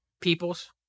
peoples